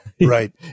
Right